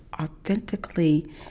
authentically